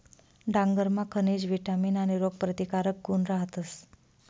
डांगरमा खनिज, विटामीन आणि रोगप्रतिकारक गुण रहातस